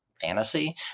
fantasy